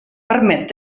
permet